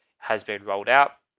has been rolled out,